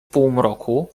półmroku